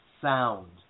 sound